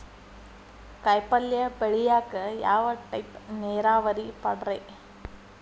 ಕಾಯಿಪಲ್ಯ ಬೆಳಿಯಾಕ ಯಾವ ಟೈಪ್ ನೇರಾವರಿ ಪಾಡ್ರೇ?